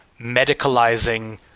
medicalizing